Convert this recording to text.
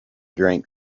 drank